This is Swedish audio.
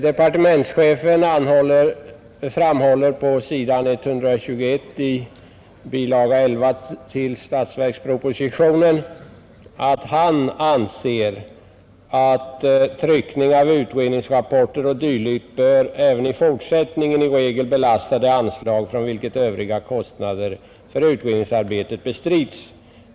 Departementschefen framhåller på s. 121 i bilaga 11 till statsverkspropositionen att tryckning av utredningsrapporter o. d. även i fortsättningen bör belasta det anslag från vilket övriga kostnader för utredningsarbetet bestrids.